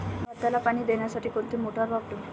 भाताला पाणी देण्यासाठी कोणती मोटार वापरू?